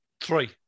Three